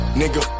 nigga